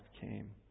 came